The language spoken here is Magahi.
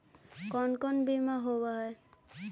कोन कोन बिमा होवय है?